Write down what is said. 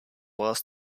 vás